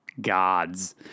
gods